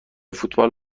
فوتبال